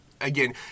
again